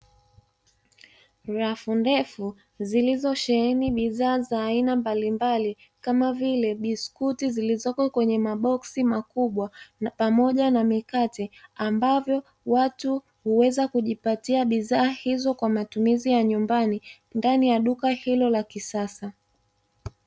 Rafu ndefu zilizosheheni bidhaa za aina mbalimbali, kama vile biskuti zilizoko kwenye maboksi makubwa, pamoja na mikate, ambavyo watu huweza kujipatia bidhaa hizo kwa ajili ya matumizi ya nyumbani, ndani ya duka hilo la kisasa.